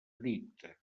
edicte